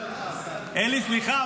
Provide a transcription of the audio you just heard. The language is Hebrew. אלי, סליחה.